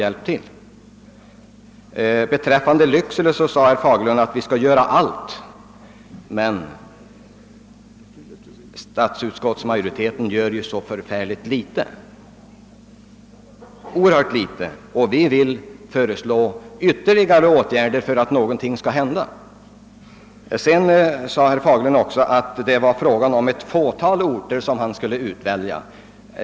Vad stödet till Lycksele beträffar sade herr Fagerlund att man där måste göra allt vad man kan. Men just därför att utskottsmajoriteten har gjort så oerhört litet, har vi velat föreslå ytterligare åtgärder för att någonting verkligen skall hända. Slutligen framhöll herr Fagerlund att man bör välja ut ett fåtal orter och ge stöd åt dem.